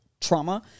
trauma